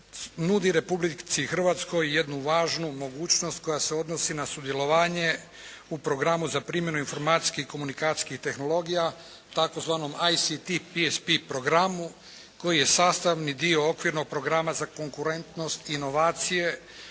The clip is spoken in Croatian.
nudi Republici Hrvatskoj jednu važnu mogućnost koja se odnosi na sudjelovanje u programu za primjenu informacijskih i komunikacijskih tehnologija. Takozvanom (ICT PSP)programu koji je sastavni dio okvirnog programa za konkurentnost i inovacije